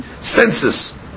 census